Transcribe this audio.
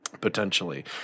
potentially